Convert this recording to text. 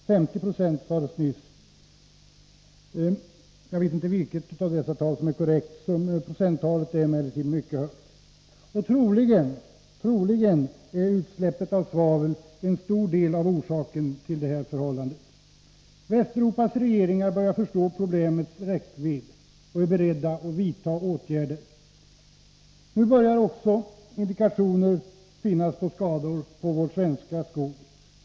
50 90 sades nyss — jag vet inte vilket av dessa tal som är korrekt, men procenttalet är mycket högt. Och troligen är utsläppet av svavel en viktig orsak till detta förhållande. Västeuropas regeringar börjar förstå problemets räckvidd och är beredda att vidta åtgärder. Nu börjar också indikationer finnas på skador på vår svenska skog.